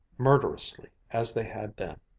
murderously, as they had then.